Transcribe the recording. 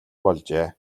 болжээ